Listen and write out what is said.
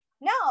No